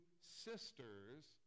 sisters